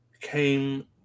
came